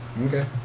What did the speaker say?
Okay